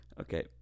Okay